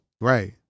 Right